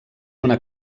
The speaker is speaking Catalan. una